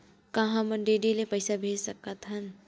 का हम डी.डी ले पईसा भेज सकत हन?